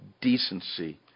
decency